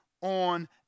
on